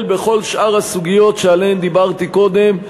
בכל שאר הסוגיות שעליהן דיברתי קודם.